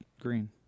green